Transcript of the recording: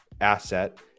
asset